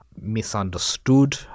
misunderstood